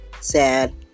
Sad